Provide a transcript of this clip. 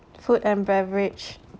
food and beverage